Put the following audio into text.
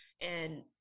and-